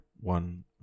one